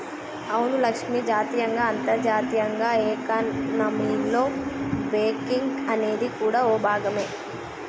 అవును లక్ష్మి జాతీయంగా అంతర్జాతీయంగా ఎకానమీలో బేంకింగ్ అనేది కూడా ఓ భాగమే